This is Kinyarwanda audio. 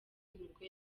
nibwo